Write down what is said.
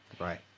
Right